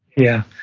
yeah,